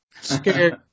scared